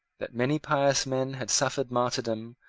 that many pious men had suffered martyrdom,